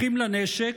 אחים לנשק,